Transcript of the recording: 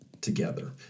together